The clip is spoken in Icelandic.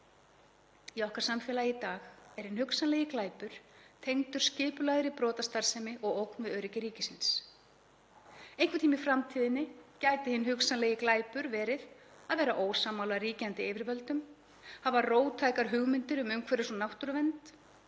Í okkar samfélagi í dag er hinn hugsanlegi glæpur tengdur skipulagðri brotastarfsemi og ógn við öryggi ríkisins. Einhvern tíma í framtíðinni gæti hinn hugsanlegi glæpur verið að vera ósammála ríkjandi yfirvöldum, hafa róttækar hugmyndir um umhverfis- og náttúruvernd